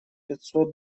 пятьсот